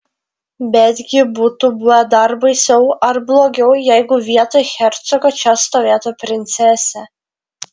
betgi būtų buvę dar baisiau ar blogiau jeigu vietoj hercogo čia stovėtų princesė